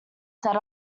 set